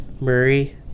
Murray